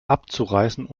abzureißen